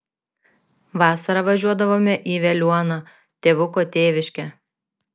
vasarą važiuodavome į veliuoną tėvuko tėviškę